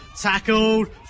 tackled